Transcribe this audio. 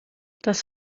das